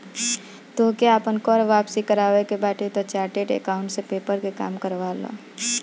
तोहके आपन कर वापसी करवावे के बाटे तअ चार्टेड अकाउंटेंट से पेपर के काम करवा लअ